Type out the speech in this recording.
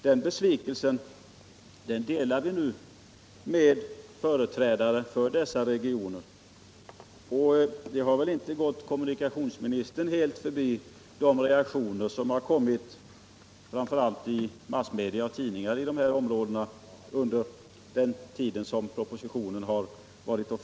Vår besvikelse delar vi nu med företrädare för dessa regioner. De reaktioner som kommit under den tid som propositionen varit offentlig = framför allt i tidningarna i dessa områden — har väl inte gått kommunikationsministern helt förbi.